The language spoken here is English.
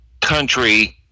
country